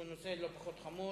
שהוא נושא לא פחות חמור,